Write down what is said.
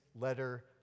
letter